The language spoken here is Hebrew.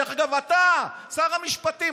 דרך אגב, אתה שר המשפטים.